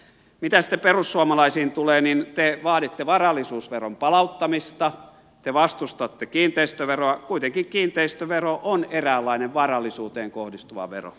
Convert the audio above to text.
mitä sitten perussuomalaisiin tulee niin te vaaditte varallisuusveron palauttamista te vastustatte kiinteistöveroa kuitenkin kiinteistövero on eräänlainen varallisuuteen kohdistuva vero